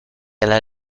alla